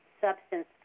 substance